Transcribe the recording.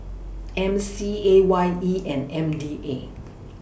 M C A Y E and M D A